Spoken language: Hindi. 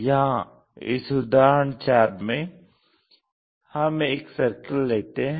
यहां इस उदाहरण 4 में हम एक सर्किल लेते हैं